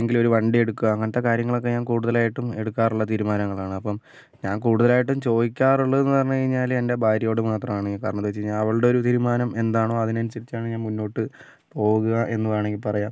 ഇല്ലെങ്കില് ഒര് വണ്ടിയെടുക്കുക അങ്ങനത്തെ കാര്യങ്ങളൊക്കെ ഞാൻ കൂടുതലായിട്ടും എടുക്കാറുള്ള തീരുമാനങ്ങളാണ് അപ്പം ഞാൻ കൂടുതലായിട്ടും ചോദിക്കാറുള്ളതെന്ന് പറഞ്ഞ് കഴിഞ്ഞാല് എൻ്റെ ഭാര്യയോട് മാത്രമാണ് കാരണം എന്താന്ന് വെച്ച് കഴിഞ്ഞാൽ അവളുടെ ഒരു തീരുമാനം എന്താണോ ആതിനനുസരിച്ചാണ് ഞാൻ മുന്നോട്ട് പോകുക എന്ന് വേണമെങ്കിൽ പറയാം